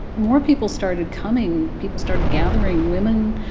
more people started coming. people started gathering, women.